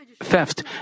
theft